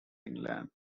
england